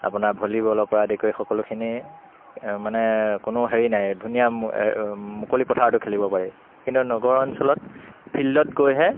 আপোনাৰ ভলিবলৰ পৰা আদি কৰি সকলোখিনি মানে কোনো হেৰি নাই ধুনীয়া মুকলি পথাৰতো খেলিব পাৰে কিন্তু নগৰ অঞ্চলত ফিল্ডত গৈহে